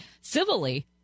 Civilly